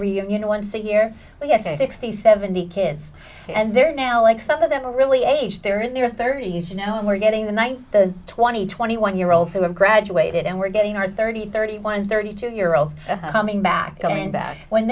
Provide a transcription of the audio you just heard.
know once a year but yes a sixty seventy kids and they're now like some of them are really age they're in their thirty's you know and we're getting the one the twenty twenty one year olds who have graduated and we're getting our thirty thirty one thirty two year olds coming back going back when